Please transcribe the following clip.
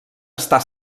està